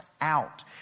out